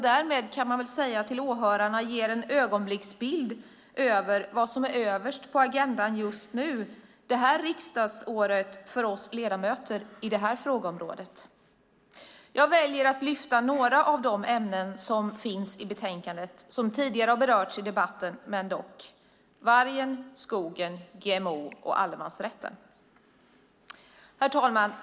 Därmed kan man väl säga till åhörarna att den ger en ögonblicksbild av vad som är överst på agendan just nu, det här riksdagsåret, för oss ledamöter inom det här frågeområdet. Jag väljer att lyfta upp några av de ämnen som finns i betänkandet och som tidigare har berörts i debatten: vargen, skogen, GMO och allemansrätten. Herr talman!